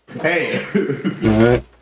Hey